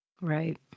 Right